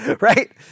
right